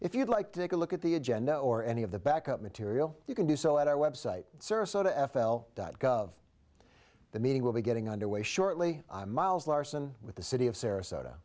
if you'd like to take a look at the agenda or any of the backup material you can do so at our website to f l dot gov the meeting will be getting underway shortly miles larsen with the city of sarasota